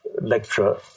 lecture